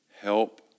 help